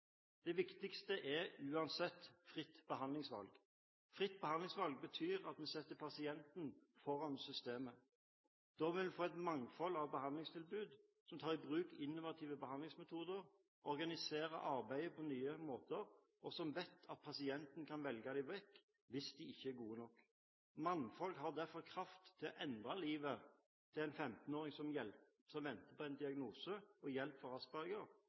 Det viktigste er uansett fritt behandlingsvalg. Fritt behandlingsvalg betyr at vi setter pasienten foran systemet. Da vil vi få et mangfold av behandlingstilbud som tar i bruk innovative behandlingsmetoder, organiserer arbeidet på nye måter, og som vet at pasienten kan velge dem bort hvis de ikke er gode nok. Mangfold har derfor kraft til å endre livet for en 15-åring som venter på en diagnose og på hjelp for